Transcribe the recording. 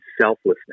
selflessness